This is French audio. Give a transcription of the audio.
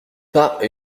pas